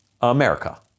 America